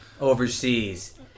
overseas